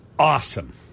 Awesome